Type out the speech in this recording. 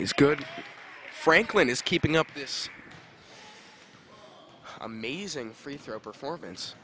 is good franklin is keeping up this amazing free throw performance